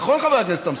נכון, חבר הכנסת אמסלם?